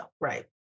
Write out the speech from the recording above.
Right